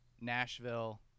Nashville